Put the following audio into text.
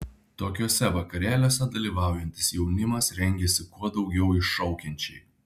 tokiuose vakarėliuose dalyvaujantis jaunimas rengiasi kuo daugiau iššaukiančiai